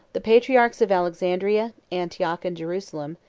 the patriarchs of alexandria, antioch, and jerusalem,